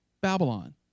Babylon